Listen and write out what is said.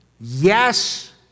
yes